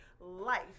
life